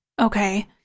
Okay